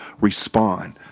respond